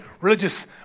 religious